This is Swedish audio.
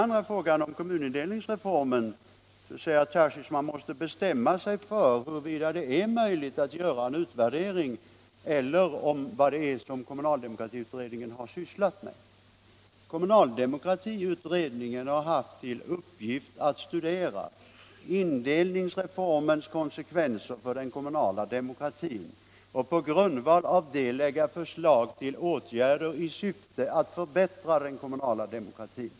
I fråga om kommunindelningsreformen säger herr Tarschys att man måste bestämma sig för huruvida det är möjligt att göra en utvärdering —- eller vad det är som kommunaldemokratiutredningen har sysslat med. Kommunaldemokratiutredningen har haft till uppgift att studera indelningsreformens konsekvenser för den kommunala demokratin och på grundval därav lägga fram förslag till åtgärder i syfte att förbättra den kommunala demokratin.